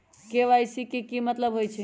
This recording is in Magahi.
के.वाई.सी के कि मतलब होइछइ?